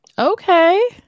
Okay